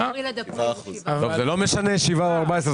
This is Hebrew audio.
מאפריל עד אפריל זה 7%. זה לא משנה אם זה 7% או 14%,